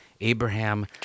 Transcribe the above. Abraham